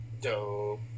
Dope